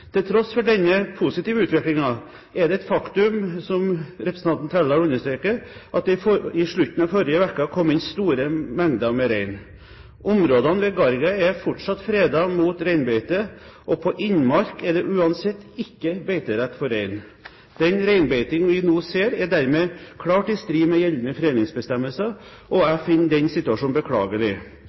Til tross for denne positive utviklingen er det et faktum, som representanten Trældal understreker, at det i slutten av forrige uke kom inn store mengder med rein. Områdene ved Gargia er fortsatt fredet mot reinbeite, og på innmark er det uansett ikke beiterett for rein. Den reinbeiting vi nå ser, er dermed klart i strid med gjeldende fredningsbestemmelser, og jeg finner den situasjonen beklagelig.